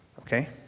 okay